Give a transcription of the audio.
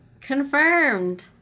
confirmed